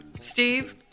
Steve